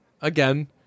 again